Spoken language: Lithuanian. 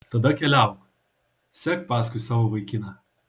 tada keliauk sek paskui savo vaikiną